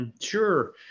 Sure